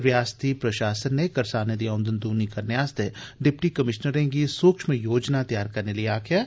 रियासती प्रशासन नै करसानें दी औंदन द्नी करने आस्तै डिप्टी कमीशनरें गी सूक्ष्म योजनां त्यार करने लेई आक्खेया ऐ